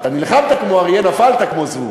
אתה נלחמת כמו אריה, נפלת כמו זבוב.